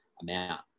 amount